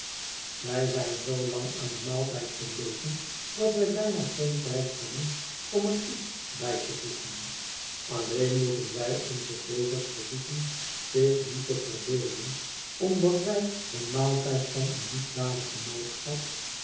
wij zijn zoo lang aan den maaltijd gebleven dat wij bijna geen tijd hebben om er iets bij te voegen alleen moeten wij onze lezers verzoeken zich niet te verbeelden omdat wij den maaltijd van een liefdadig genootschap